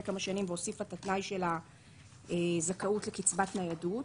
כמה שנים והוסיפה את התנאי של הזכאות לקצבת ניידות,